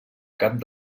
cap